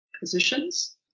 positions